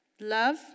Love